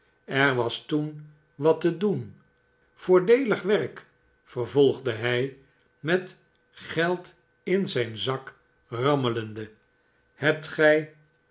er was toen wat te doen voordeelig werk vervolgde hij met geld in zijn zak rammelende hebt gij